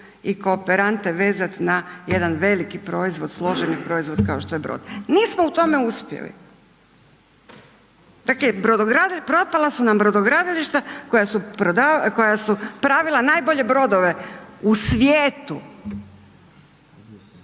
i kooperante vezati na jedan veliki proizvod, složeni proizvod kao što je brod. Nismo u tome uspjeli, dakle brodogradnja, propadala su nam brodogradilišta koja su pravila najbolje brodove u svijetu. Zar se